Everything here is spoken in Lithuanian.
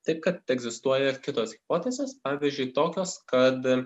taip kad egzistuoja ir kitos hipotezės pavyzdžiui tokios kad